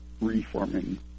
reforming